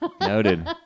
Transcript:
noted